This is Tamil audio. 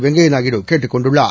வெங்கையநாயுடு கேட்டுக் கொண்டுள்ளார்